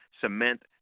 cement